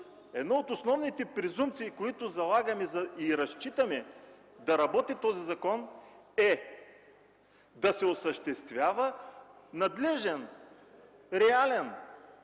една от основните презумпции, които залагаме и разчитаме да работи този закон, е да се осъществява надлежен, реален